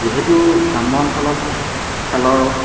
যিহেতু গ্ৰাম্য অঞ্চলত খেলৰ